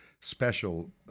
special